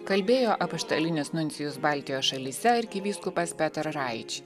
kalbėjo apaštalinis nuncijus baltijos šalyse arkivyskupas peter raič